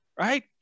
Right